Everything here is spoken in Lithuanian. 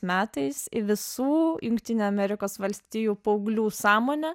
metais į visų jungtinių amerikos valstijų paauglių sąmonę